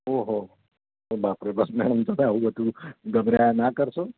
ઓહો ઓ બાપ રે બાપ મેડમ તમે આવું બધું ગભરાવ્યા ના કરશો